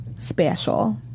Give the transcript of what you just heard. special